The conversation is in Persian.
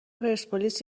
پرسپولیس